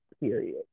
period